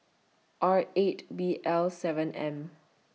R eight B L seven M